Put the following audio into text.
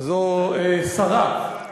אסור לך לשבת שם.